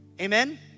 Amen